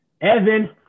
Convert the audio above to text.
Evan